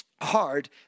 hard